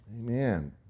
Amen